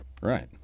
Right